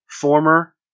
former